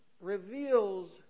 reveals